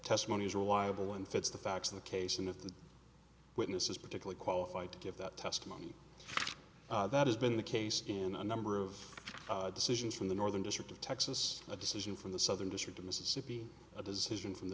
testimony is reliable and fits the facts of the case in the witness is particularly qualified to give that testimony that has been the case in a number of decisions from the northern district of texas a decision from the southern district of mississippi a position from the